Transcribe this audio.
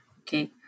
Okay